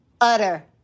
utter